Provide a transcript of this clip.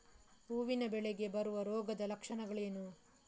ಹೂವಿನ ಬೆಳೆಗೆ ಬರುವ ರೋಗದ ಲಕ್ಷಣಗಳೇನು?